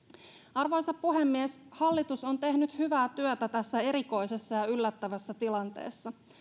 arvoisa puhemies hallitus on tehnyt hyvää työtä tässä erikoisessa ja yllättävässä tilanteessa